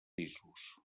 pisos